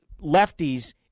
lefties